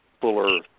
Fuller